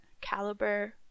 caliber